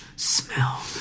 Smell